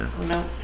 no